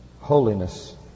Holiness